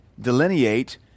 delineate